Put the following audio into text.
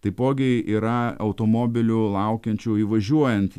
taipogi yra automobilių laukiančių įvažiuojant